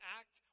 act